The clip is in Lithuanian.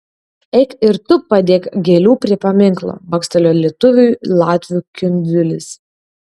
eik ir tu padėk gėlių prie paminklo bakstelėjo lietuviui latvių kindziulis